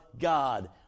God